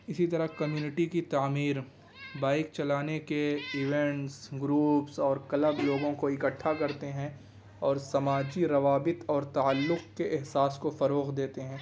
اسی طرح کمیونٹی کی تعمیر بائک چلانے کے ایونٹس گروپس اور کلب لوگوں کو اکٹھا کرتے ہیں اور سماجی روابط اور تعلق کے احساس کو فروغ دیتے ہیں